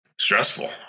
Stressful